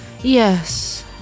Yes